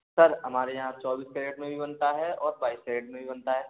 sir हमारे यहाँ चौबीस कैरेट में भी बनता है और बाइस कैरेट में भी बनता है